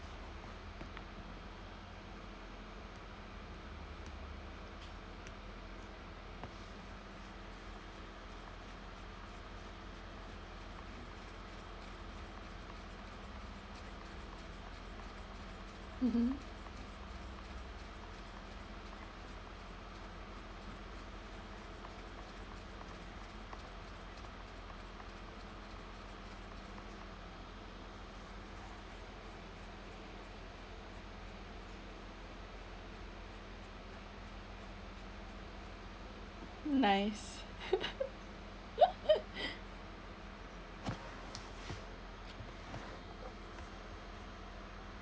nice